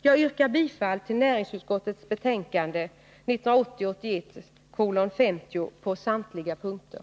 Jag yrkar bifall till hemställan i näringsutskottets betänkande 1980/81:50 på samtliga punkter.